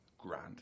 Grand